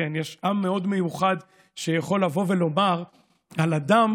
יש עם מאוד מיוחד שיכול לבוא ולומר על אדם